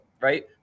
right